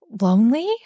lonely